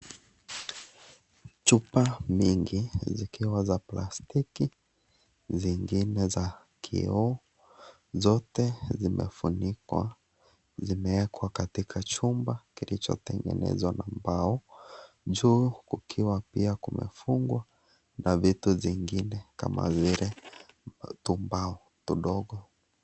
Chupa mingi zikiwa za plastiki zingine za kioo. Zote zimefunikwa zimewekwa katika chumba kilicho tengenezwa na mbao. Juu kukiwa pia kumefungwa na vitu zingine kama vile tupunpu vidogo.